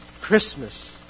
Christmas